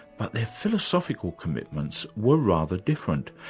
but their philosophical commitments were rather different.